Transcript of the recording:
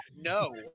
No